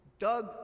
Doug